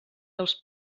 dels